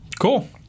cool